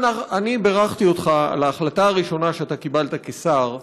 בירכתי אותך על ההחלטה הראשונה שקיבלת כשר,